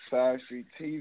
SideStreetTV